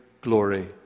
glory